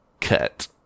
cut